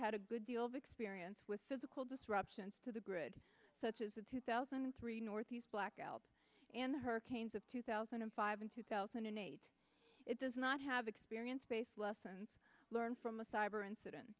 had a good deal of experience with physical disruptions to the grid such as the two thousand and three northeast blackout and hurricanes of two thousand and five in two thousand and eight it does not have experience based lessons learned from the cyber incident